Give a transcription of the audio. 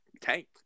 tank